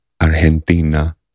argentina